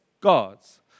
God's